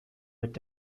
mit